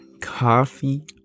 coffee